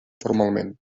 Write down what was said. formalment